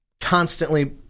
constantly